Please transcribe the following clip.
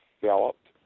developed